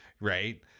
right